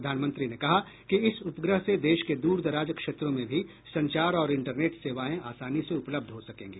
प्रधानमंत्री ने कहा कि इस उपग्रह से देश के दूर दराज क्षेत्रों में भी संचार और इंटरनेट सेवाएं आसानी से उपलब्ध हो सकेंगी